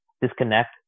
disconnect